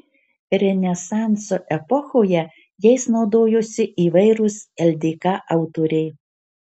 renesanso epochoje jais naudojosi įvairūs ldk autoriai